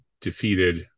defeated